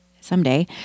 someday